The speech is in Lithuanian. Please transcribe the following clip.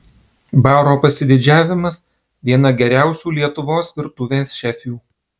baro pasididžiavimas viena geriausių lietuvos virtuvės šefių